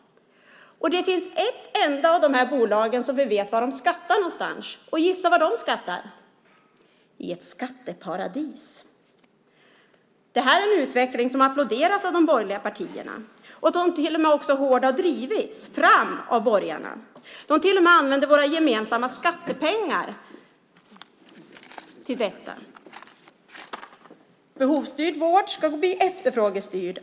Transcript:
Vi vet bara var ett av dessa bolag skattar, och gissa var. Jo, det är i ett skatteparadis. Detta är en utveckling som applåderas av de borgerliga partierna och som till och med har drivits fram av borgarna. De använder till och med våra gemensamma skattepengar till detta. Behovsstyrd vård ska bli efterfrågestyrd.